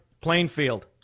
Plainfield